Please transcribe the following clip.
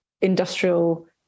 industrial